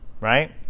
right